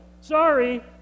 Sorry